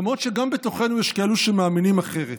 למרות שגם בתוכנו יש כאלו שמאמינים אחרת,